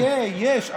חברים, יהיה, יש.